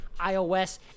iOS